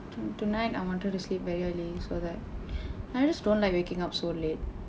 tonight I wanted to sleep very early so that I just don't like waking up so late